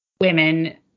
Women